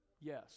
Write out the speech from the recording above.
Yes